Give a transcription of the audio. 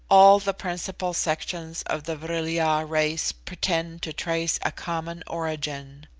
all the principal sections of the vril-ya race pretend to trace a common origin.